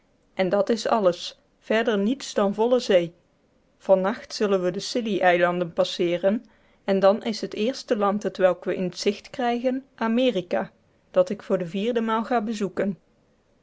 en dat is alles verder niets dan volle zee van nacht zullen we de scilly eilanden passeeren en dan is het eerste land t welk we in t gezicht krijgen amerika dat ik voor de vierde maal ga bezoeken